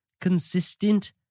consistent